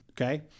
okay